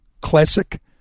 Classic